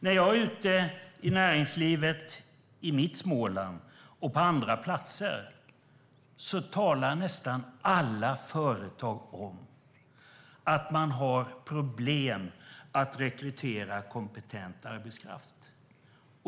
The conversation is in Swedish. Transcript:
När jag är ute i näringslivet i mitt Småland och på andra platser talar nästan alla företagare om att de har problem med att rekrytera kompetent arbetskraft.